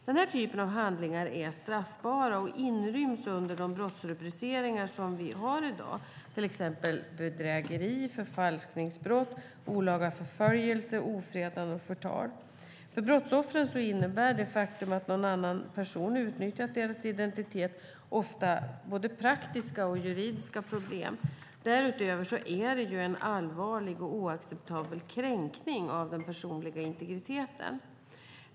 Dessa typer av handlingar är straffbara och inryms under de brottsrubriceringar som vi har i dag, exempelvis bedrägeri, förfalskningsbrott, olaga förföljelse, ofredande och förtal. För brottsoffren innebär det faktum att någon annan person utnyttjat deras identitet ofta både praktiska och juridiska problem. Därutöver är det en allvarlig och oacceptabel kränkning av den personliga integriteten.